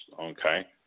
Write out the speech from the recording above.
okay